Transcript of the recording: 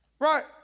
Right